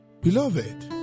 beloved